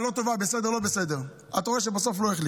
סיסמאות שבסוף לא תוכל לעמוד בהן,